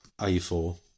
A4